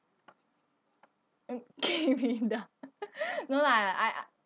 no lah I a~